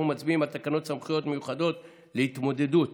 אנחנו מצביעים על תקנות סמכויות מיוחדות להתמודדות